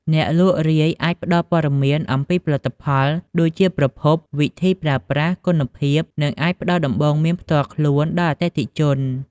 អ្នកលក់រាយអាចផ្តល់ព័ត៌មានអំពីផលិតផល ដូចជាប្រភព វិធីប្រើប្រាស់ គុណភាព និងអាចផ្តល់ដំបូន្មានផ្ទាល់ខ្លួនដល់អតិថិជន។